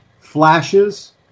flashes